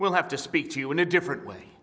we'll have to speak to you in a different way